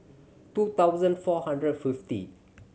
two thousand four hundred fifty